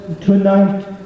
tonight